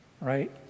right